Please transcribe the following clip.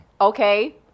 Okay